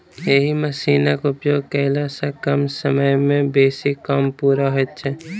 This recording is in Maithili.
एहि मशीनक उपयोग कयला सॅ कम समय मे बेसी काम पूरा होइत छै